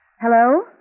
Hello